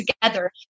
together